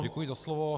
Děkuji za slovo.